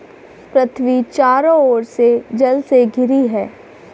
पृथ्वी चारों ओर से जल से घिरी है